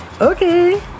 Okay